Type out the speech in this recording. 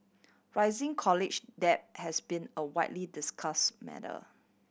rising college debt has been a widely discuss matter